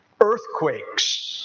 earthquakes